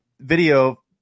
video